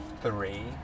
Three